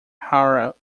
herald